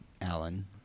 Alan